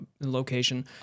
location